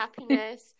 happiness